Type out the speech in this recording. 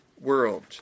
world